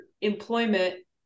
employment